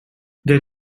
there